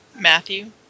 Matthew